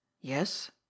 yes